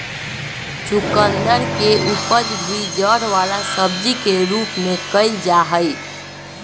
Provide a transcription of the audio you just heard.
चुकंदर के उपज भी जड़ वाला सब्जी के रूप में कइल जाहई